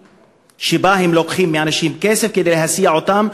שבה הם לוקחים מאנשים כסף כדי להסיע אותם,